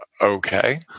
okay